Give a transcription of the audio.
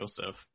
Joseph